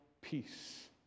peace